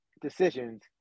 decisions